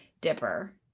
Dipper